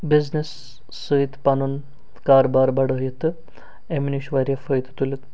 business سۭتۍ پَنُن کاروبار بَڈٲوِتھ تہٕ اَمہِ نِش واریاہ فٲیدٕ تُلِتھ